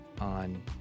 on